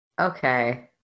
Okay